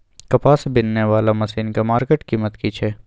कपास बीनने वाला मसीन के मार्केट कीमत की छै?